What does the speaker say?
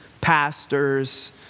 pastors